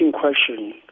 question